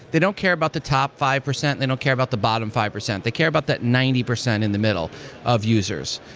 they don't care about the top five percent, they don't care about the bottom five percent. they care about that ninety percent in the middle of users.